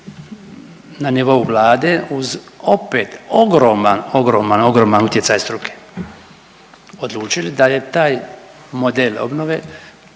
na nivou Vlade, uz opet ogroman, ogroman, ogroman utjecaj struke odlučili da je taj model obnove